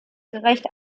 gerecht